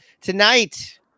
Tonight